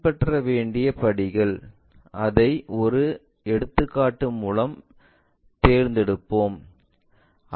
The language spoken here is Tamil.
பின்பற்ற வேண்டிய படிகள் அதை ஒரு எடுத்துக்காட்டு மூலம் தேர்ந்தெடுப்போம்